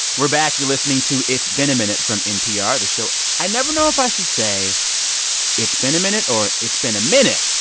we're back. you're listening to it's been a minute from npr, the show i never know if i should say it's been a minute or it's been a minute.